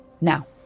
Now